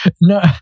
No